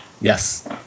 Yes